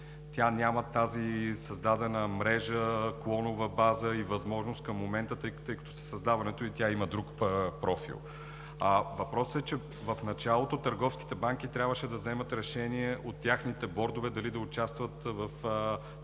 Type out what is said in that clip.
Тя няма тази създадена мрежа, клонова база и възможност към момента, тъй като със създаването ѝ тя има друг профил. Въпросът е, че в началото търговските банки трябваше да вземат решение от техните бордове дали да участват в този пакет,